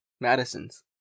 Madison's